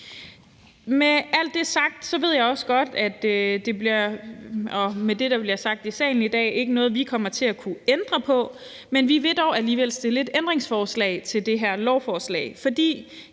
der bliver sagt i salen i dag, er det ikke noget, vi kommer til at kunne ændre på, men vi vil dog alligevel stille et ændringsforslag til det her lovforslag.